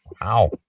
wow